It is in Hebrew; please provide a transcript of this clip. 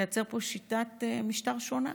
לייצר פה שיטת משטר שונה.